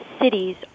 cities